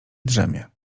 drzemie